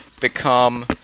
become